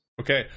Okay